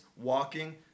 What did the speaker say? walking